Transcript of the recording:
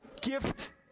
gift